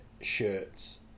shirts